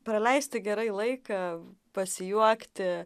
praleisti gerai laiką pasijuokti